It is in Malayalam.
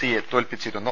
സിയെ തോൽപ്പിച്ചിരുന്നു